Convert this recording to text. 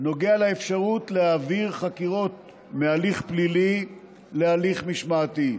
נוגע לאפשרות להעביר חקירות מהליך פלילי להליך משמעתי.